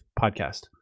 podcast